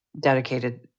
dedicated